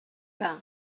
que